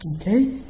Okay